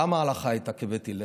למה הלכה הייתה כבית הלל?